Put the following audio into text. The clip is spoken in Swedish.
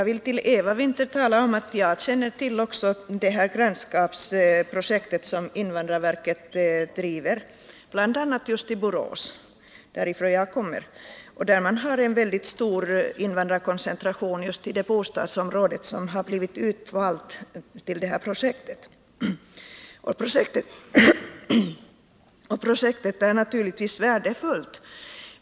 Herr talman! Jag känner till grannskapsprojektet som invandrarverket driver bl.a. i Borås, varifrån jag kommer. Där har man en stor invandrarkoncentration just i det bostadsområde som har valts ut till detta projekt. Projektet är naturligtvis värdefullt.